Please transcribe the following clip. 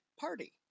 Party